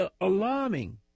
alarming